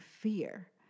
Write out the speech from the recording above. fear